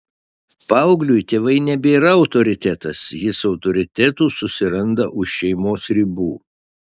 paaugliui tėvai nebėra autoritetas jis autoritetų susiranda už šeimos ribų